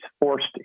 forced